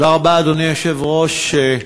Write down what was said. אדוני היושב-ראש,